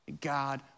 God